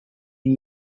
new